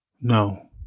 No